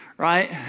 Right